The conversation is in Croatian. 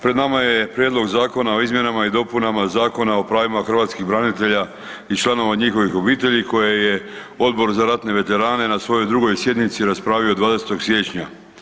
Pred nama je Prijedlog zakona o izmjenama i dopunama Zakona o pravima hrvatskih branitelja i članova njihovih obitelji koje je odbor za ratne veterane na svojoj drugoj sjednici raspravio 20. siječnja.